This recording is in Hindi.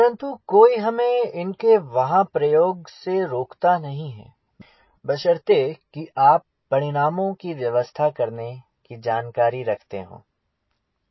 परंतु कोई हमें इनके वहाँ प्रयोग से रोकता नहीं है बशर्ते कि आप परिणामों की व्यवस्था करने की जानकारी रखते हो